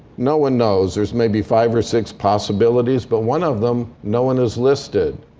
no one knows. there's maybe five or six possibilities. but one of them no one has listed.